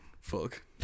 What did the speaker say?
Fuck